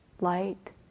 light